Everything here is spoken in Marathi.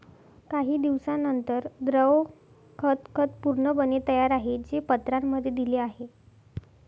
काही दिवसांनंतर, द्रव खत खत पूर्णपणे तयार आहे, जे पत्रांमध्ये दिले आहे